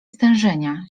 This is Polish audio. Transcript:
stężenia